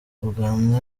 uganda